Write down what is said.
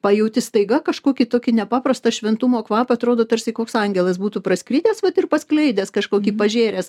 pajauti staiga kažkokį tokį nepaprastą šventumo kvapą atrodo tarsi koks angelas būtų praskridęs vat ir paskleidęs kažkokį pažėręs